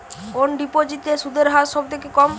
কোন ডিপোজিটে সুদের হার সবথেকে কম?